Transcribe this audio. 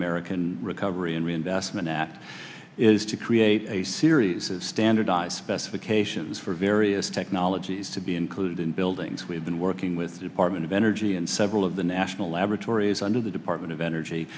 american recovery and reinvestment is to create a series of standardized specifications for various technologies to be included in buildings we've been working with the department of energy and several of the national laboratories under the department of energy